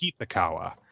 Kitakawa